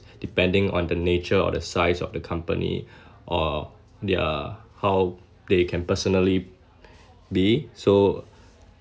depending on the nature or the size of the company or their how they can personally be so